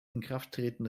inkrafttreten